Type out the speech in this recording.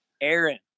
Aaron